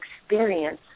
experience